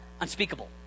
unspeakable